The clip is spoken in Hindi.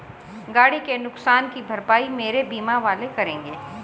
गाड़ी के नुकसान की भरपाई मेरे बीमा वाले करेंगे